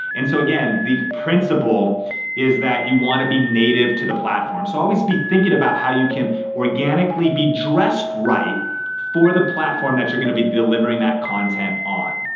and so again, the principle is that you wanna be native to the platform. so always be thinking about how you can organically be dressed right for the platform that you're gonna be delivering that content on.